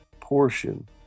portion